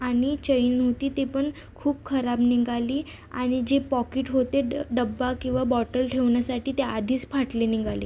आनि चैन होती ती पण खूप खराब निघाली आणि जे पॉकीट होते ड डबा किंवा बॉटल ठेवण्यासाठी ते आधीच फाटली निघाली